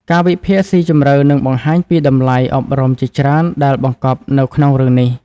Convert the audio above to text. ការវិភាគស៊ីជម្រៅនឹងបង្ហាញពីតម្លៃអប់រំជាច្រើនដែលបង្កប់នៅក្នុងរឿងនេះ។